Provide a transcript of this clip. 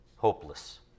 Hopeless